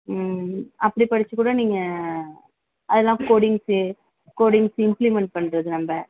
அப்படி படிச்சு கூட நீங்கள் அதெல்லாம் கோடிங்ஸ்சு கோடிங்ஸ் இம்ப்ளிமென்ட் பண்ணுறது நம்ப